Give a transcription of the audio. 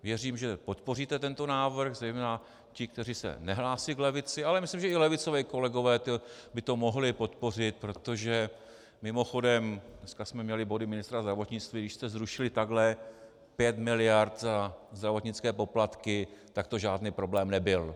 Věřím, že podpoříte tento návrh, zejména ti, kteří se nehlásí k levici, ale myslím, že i levicoví kolegové by to mohli podpořit, protože mimochodem dneska jsme měli body ministra zdravotnictví, když jste zrušili takhle pět miliard za zdravotnické poplatky, tak to žádný problém nebyl.